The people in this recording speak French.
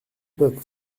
peuvent